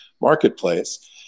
marketplace